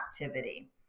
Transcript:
activity